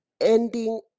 ending